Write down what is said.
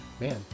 man